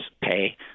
pay